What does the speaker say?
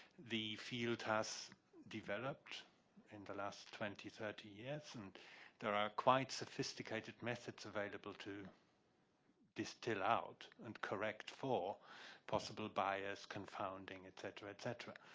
the field has developed in the last twenty, thirty years and there are quite sophisticated methods available to distill out and correct for possible bias, confounding, etc, etc.